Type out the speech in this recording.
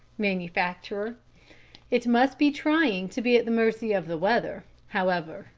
manufacturer it must be trying to be at the mercy of the weather. however,